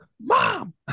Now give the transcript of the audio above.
mom